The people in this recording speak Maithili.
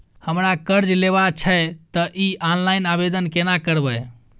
हमरा कर्ज लेबा छै त इ ऑनलाइन आवेदन केना करबै?